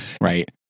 right